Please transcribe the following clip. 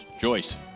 Joyce